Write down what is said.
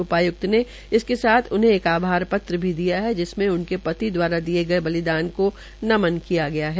उपाय्क्त ने इस साथ उन्हें एक आभार पत्र भी दिया है जिसमें उनके प्रति दवारा दिये गये बलिदान के नमन किया गया है